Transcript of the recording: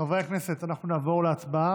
חברי הכנסת, אנחנו נעבור להצבעה